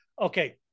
Okay